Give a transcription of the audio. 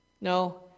No